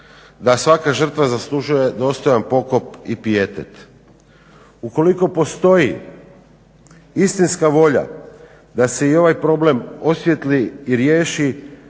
da svaka žrtva zaslužuje dostojan pokop i pijetet. Ukoliko postoji istinska volja da se i ovaj problem osvijetli i riješi